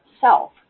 self